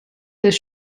this